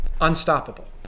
Unstoppable